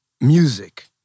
music